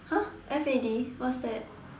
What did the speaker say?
!huh! F A D what's that